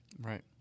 Right